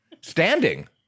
standing